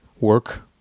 work